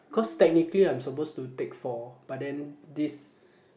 cause technically I'm supposed to take four but then this